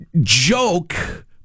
joke